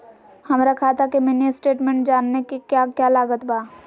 हमरा खाता के मिनी स्टेटमेंट जानने के क्या क्या लागत बा?